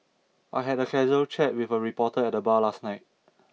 I had a casual chat with a reporter at the bar last night